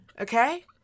Okay